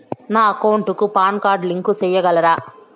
నా అకౌంట్ కు PAN card link సేయగలరా?